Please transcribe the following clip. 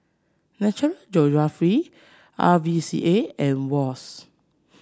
National Geographic R V C A and Wall's